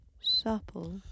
Supple